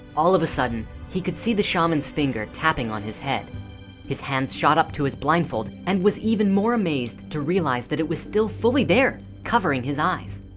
all of a sudden he could see the shamans finger tapping on his head his hands shot up to his blindfold and was even more amazed to realize that it was still fully there covering his eyes.